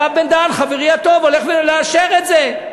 הרב בן-דהן, חברי הטוב, הולך לאשר את זה.